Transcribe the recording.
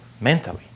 mentally